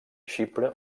xipre